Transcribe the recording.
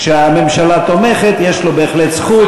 כשהממשלה תומכת, יש לו בהחלט זכות.